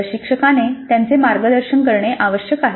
प्रशिक्षकाने त्यांचे मार्गदर्शन करणे आवश्यक आहे